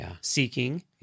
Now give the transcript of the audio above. seeking